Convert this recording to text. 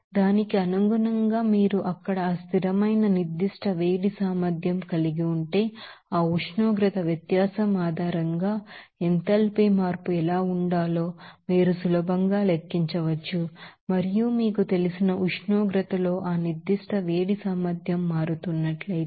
కాబట్టి దానికి అనుగుణంగా మీరు అక్కడ ఆ స్థిరమైన స్పెసిఫిక్ హీట్ కెపాసిటీన్ని కలిగి ఉంటే ఆ ఉష్ణోగ్రత వ్యత్యాసం ఆధారంగా ఎంథాల్పీ మార్పు ఎలా ఉండాలో మీరు సులభంగా లెక్కించవచ్చు మరియు మీకు తెలిసిన ఉష్ణోగ్రతతో ఆ స్పెసిఫిక్ హీట్ కెపాసిటీ మారుతున్నట్లయితే